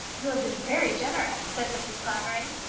you have been very generous, said mrs. clavering.